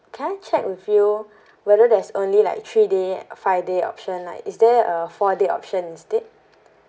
can I check with you whether there's only like three day five day option like is there a four day option instead